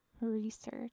research